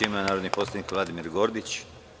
Reč ima narodni poslanik Vladimir Gordić.